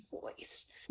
voice